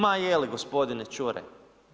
Ma je li gospodine Čuraj?